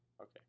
Okay